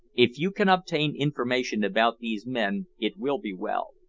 if you can obtain information about these men it will be well.